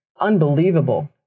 unbelievable